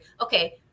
Okay